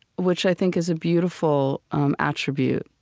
which i think is a beautiful um attribute,